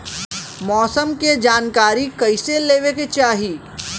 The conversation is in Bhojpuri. मौसम के जानकारी कईसे लेवे के चाही?